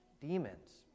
demons